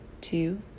two